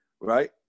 Right